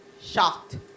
shocked